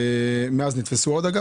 מאז נתפסו עוד?